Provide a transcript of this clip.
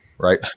Right